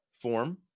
form